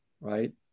right